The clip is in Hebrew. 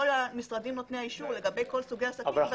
המשרדים נותני האישור לגבי כל סוגי העסקים.